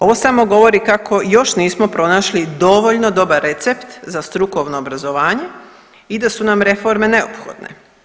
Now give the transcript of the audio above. Ovo samo govori kako još nismo pronašli dovoljno dobar recept za strukovno obrazovanje i da su nam reforme neophodne.